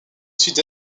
sud